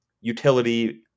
utility